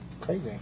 crazy